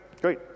great